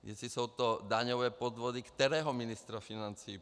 Jestli jsou to daňové podvody kterého ministra financí?